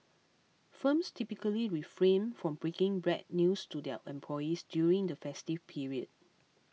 firms typically refrain from breaking bread news to their employees during the festive period